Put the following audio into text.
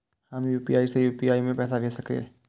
हम यू.पी.आई से यू.पी.आई में पैसा भेज सके छिये?